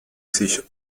sich